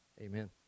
Amen